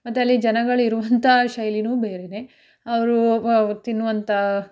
ಮತ್ತಲ್ಲಿ ಜನಗಳು ಇರುವಂಥ ಶೈಲಿಯೂ ಬೇರೆಯೇ ಅವರು ವ ತಿನ್ನುವಂಥ